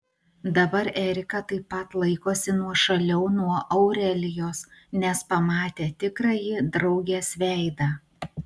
dabar erika taip pat laikosi nuošaliau nuo aurelijos nes pamatė tikrąjį draugės veidą